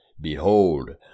behold